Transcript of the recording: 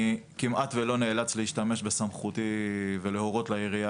אני כמעט ולא נאלץ להשתמש בסמכותי ולהורות לעירייה